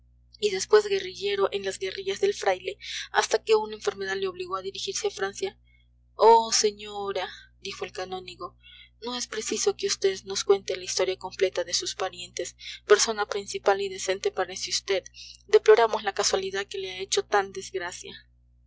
y después guerrillero en las guerrillas del fraile hasta que una enfermedad le obligó a dirigirse a francia oh señora dijo el canónigo no es preciso que vd nos cuente la historia completa de sus parientes persona principal y decente parece vd deploramos la casualidad que la ha hecho tan desgracia